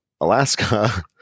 Alaska